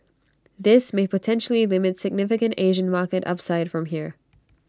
this may potentially limit significant Asian market upside from here